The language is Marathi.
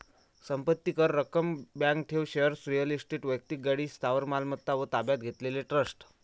संपत्ती कर, रक्कम, बँक ठेव, शेअर्स, रिअल इस्टेट, वैक्तिक गाडी, स्थावर मालमत्ता व ताब्यात घेतलेले ट्रस्ट